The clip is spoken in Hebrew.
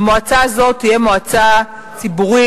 המועצה הזאת תהיה מועצה ציבורית,